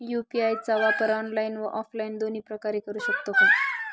UPI चा वापर online व ऑफलाईन दोन्ही प्रकारे करु शकतो का?